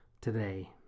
today